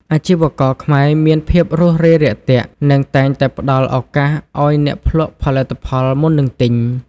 អាជីវករខ្មែរមានភាពរួសរាយរាក់ទាក់ និងតែងតែផ្តល់ឱកាសឱ្យអ្នកភ្លក់ផលិតផលមុននឹងទិញ។